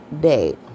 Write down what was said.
day